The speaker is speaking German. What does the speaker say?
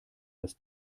das